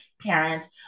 parent